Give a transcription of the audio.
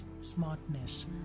smartness